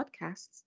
podcasts